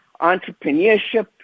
entrepreneurship